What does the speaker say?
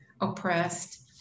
oppressed